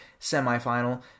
semifinal